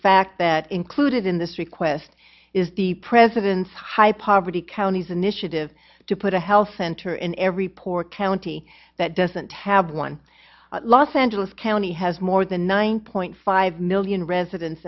fact that included in this request is the president's high poverty counties initiative to put a health center in every poor county that doesn't have one los angeles county has more than one point five million residents